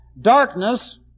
Darkness